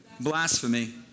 Blasphemy